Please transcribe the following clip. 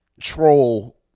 troll